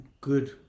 Good